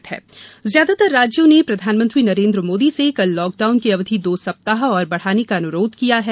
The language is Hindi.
पीएम बैठक ज्यादातर राज्यों ने प्रधानमंत्री नरेन्द्र मोदी से कल लॉकडाउन की अवधि दो सप्ताह और बढ़ाने का अनुरोध किया है